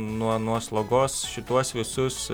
nuo nuo slogos šituos visus